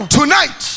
Tonight